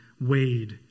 weighed